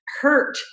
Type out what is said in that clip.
hurt